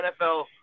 NFL